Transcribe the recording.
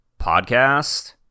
podcast